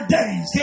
days